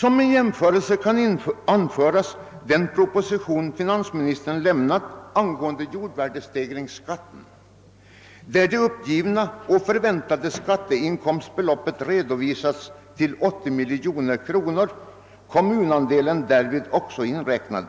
Som jämförelse kan nämnas den proposition finansministern lämnat angående jordvärdestegringsskatten, där det förväntade skatteinkomstbeloppet uppgivits till 80 miljoner kronor, kommunandelen inräknad.